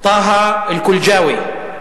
טאהא אל-קלג'אווי,